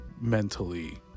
mentally